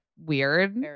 weird